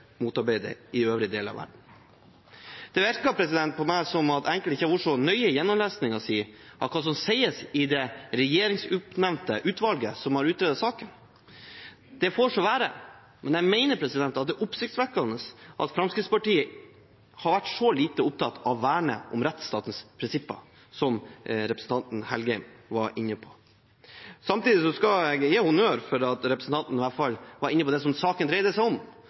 det i øvrige deler av verden. Det virker på meg som om enkelte ikke har vært så nøye i gjennomlesningen av hva som sies av det regjeringsoppnevnte utvalget som har utredet saken. Det får så være, men jeg mener det er oppsiktsvekkende at Fremskrittspartiet har vært så lite opptatt av å verne om rettsstatens prinsipper, som representanten Engen-Helgheim var inne på. Samtidig skal jeg gi honnør for at representanten i hvert fall var inne på det som saken dreier seg om.